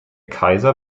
kaiser